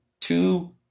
two